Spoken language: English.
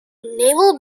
naval